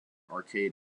arcade